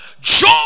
joy